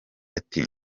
ati